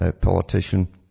politician